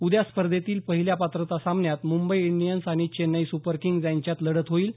उद्या स्पर्धेतील पहिल्या पात्रता सामन्यात मुंबई इंडियन्स आणि चैन्नई सुपर किंग्ज यांच्यात लढत होईल